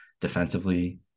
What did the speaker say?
defensively